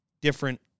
different